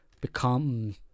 become